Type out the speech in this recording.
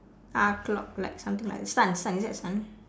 ah clock like something like that sun sun is it that a sun